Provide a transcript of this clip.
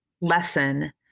lesson